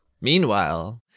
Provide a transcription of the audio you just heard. Meanwhile